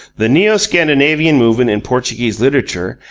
the neo-scandinavian movement in portuguese literature,